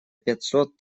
пятьсот